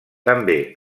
també